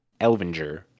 Elvinger